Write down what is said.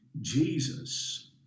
Jesus